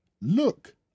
Look